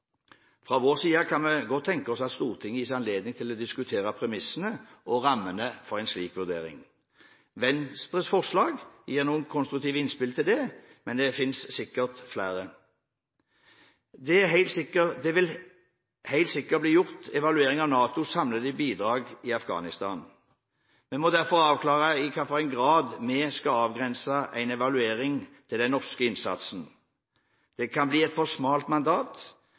Fra vår side kan vi godt tenke oss at Stortinget gis anledning til å diskutere premissene og rammene for en slik vurdering. Venstres forslag gir noen konstruktive innspill til det, men det finnes sikkert flere. Det vil helt sikkert bli gjort evalueringer av NATOs samlede bidrag i Afghanistan. Vi må få derfor avklare i hvilken grad vi skal avgrense en evaluering til den norske innsatsen. Det kan bli et for smalt mandat.